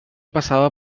passava